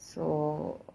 so